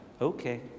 okay